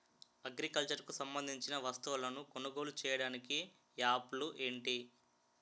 Agriculture కు సంబందించిన వస్తువులను కొనుగోలు చేయటానికి యాప్లు ఏంటి?